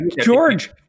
George